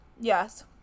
Yes